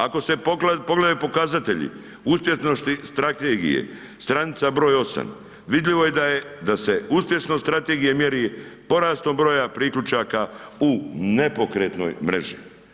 Ako se pogledaju pokazatelji uspješnosti strategije, stanica broj 8, vidljivo je da se uspješnost strategije mjeri porastom broja priključaka u nepokretnoj mreži.